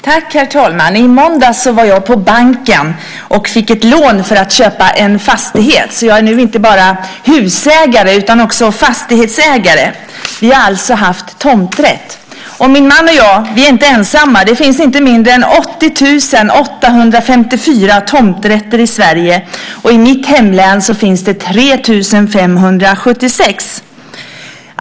Herr talman! I måndags var jag på banken och fick ett lån för att köpa en fastighet. Jag är nu inte bara husägare utan också fastighetsägare. Vi har alltså haft tomträtt. Och min man och jag är inte ensamma. Det finns inte mindre än 80 854 tomträtter i Sverige. I mitt hemlän finns 3 576.